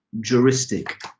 juristic